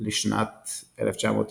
לשנת 1997.